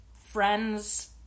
friends